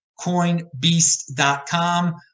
coinbeast.com